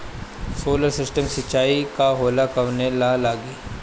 Solar system सिचाई का होला कवने ला लागी?